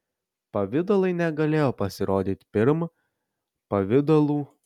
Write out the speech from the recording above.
pavidalai negalėjo pasirodyti pirm pavidalų